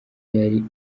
yari